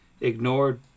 ignored